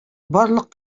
барлык